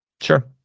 Sure